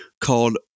called